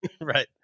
Right